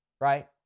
Right